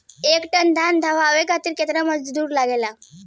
एक टन धान दवावे खातीर केतना मजदुर लागेला?